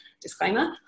disclaimer